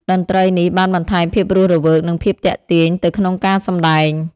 តន្ត្រីនេះបានបន្ថែមភាពរស់រវើក និងភាពទាក់ទាញទៅក្នុងការសម្ដែង។